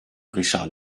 richard